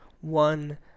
one